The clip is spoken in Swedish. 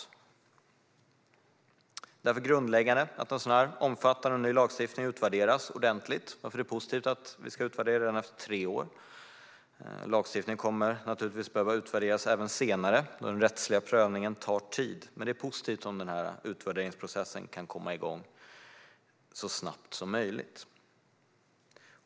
Det är därför grundläggande att en så här omfattande ny lagstiftning utvärderas ordentligt, varför det är positivt att vi ska utvärdera den efter tre år. Lagstiftningen kommer naturligtvis att behöva utvärderas även senare, då den rättsliga prövningen tar tid, men det är positivt om utvärderingsprocessen kan komma igång så snabbt som möjligt.